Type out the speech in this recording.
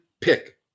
pick